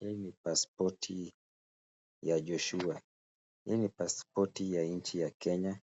Hii ni paspoti ya Joshua. Hii ni paspoti ya nchi ya Kenya ,